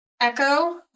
Echo